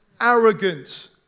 arrogant